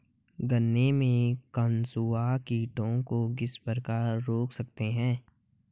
गन्ने में कंसुआ कीटों को किस प्रकार रोक सकते हैं?